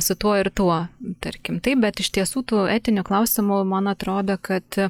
su tuo ir tuo tarkim taip bet iš tiesų tų etinių klausimų man atrodo kad